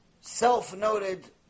self-noted